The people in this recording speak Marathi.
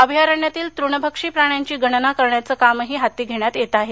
अभयारण्यातील तुणभक्षी प्राण्यांची गणना करण्याचंही काम हाती घेण्यात येत आहे